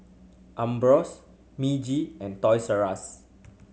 Ambros Meiji and Toys R Us